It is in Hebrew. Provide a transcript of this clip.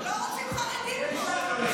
לא רוצים פה חרדים, זה הכול.